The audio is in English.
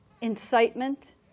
incitement